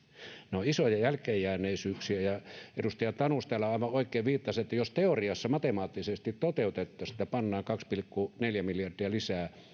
ne ovat isoja jälkeenjääneisyyksiä ja edustaja tanus täällä aivan oikein viittasi siihen että jos teoriassa matemaattisesti toteutettaisiin että pannaan kaksi pilkku neljä miljardia lisää